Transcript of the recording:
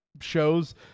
shows